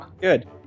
Good